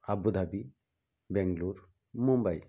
Abu Dhabi Bengaluru Mumbai